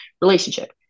relationship